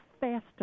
faster